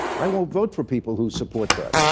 i won't vote for people who support that,